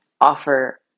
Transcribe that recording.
offer